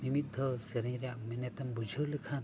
ᱢᱤᱼᱢᱤᱫ ᱫᱷᱟᱣ ᱥᱮᱨᱮᱧ ᱨᱮᱭᱟᱜ ᱢᱮᱱᱮᱫ ᱮᱢ ᱵᱩᱡᱷᱟᱹᱣ ᱞᱮᱠᱷᱟᱱ